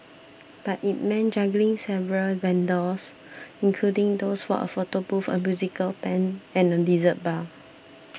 but it meant juggling several vendors including those for a photo booth a musical band and a dessert bar